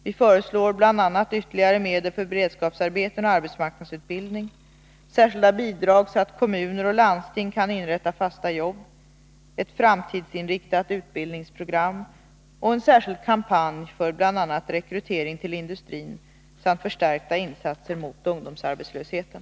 Vi föreslår bl.a. ytterligare medel för beredskapsarbeten och arbetsmarknadsutbildning, särskilda bidrag så att kommuner och landsting kan inrätta fasta jobb, ett framtidsinriktat utbildningsprogram och en särskild kampanj för bl.a. rekrytering till industrin samt förstärkta insatser mot ungdomsarbetslösheten.